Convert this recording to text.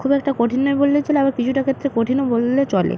খুব একটা কঠিন নয় বললে চলে আবার কিছুটা ক্ষেত্রে কঠিনও বললে চলে